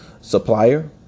supplier